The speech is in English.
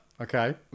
Okay